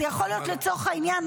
זה יכול להיות משהו אחר, לצורך העניין.